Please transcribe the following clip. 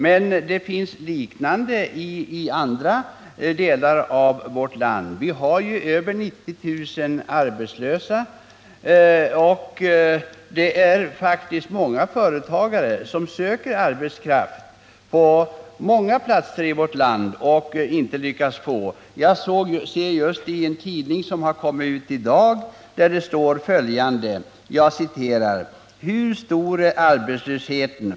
Men det finns liknande företeelser i andra delar av vårt land. Vi har över 90 000 arbetslösa, och det är faktiskt många företagare på många platser i vårt land som söker arbetskraft men inte lyckas få. Jag ser just i en tidning som har kommit ut i dag följande: Hur stor är arbetslösheten?